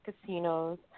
casinos